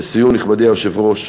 לסיום, נכבדי היושב-ראש,